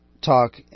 talk